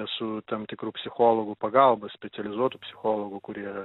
su tam tikrų psichologų pagalba specializuotų psichologų kurie